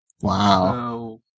Wow